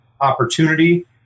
opportunity